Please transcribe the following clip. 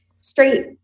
straight